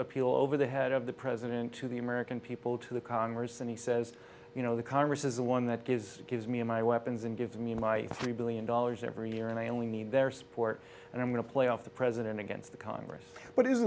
appeal over the head of the president to the american people to the congress and he says you know the congress is the one that gives it gives me my weapons and gives me my three billion dollars every year and i only need their support and i'm going to play off the president against the congress but